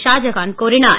ஷாஜகான் கூறினார்